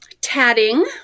tatting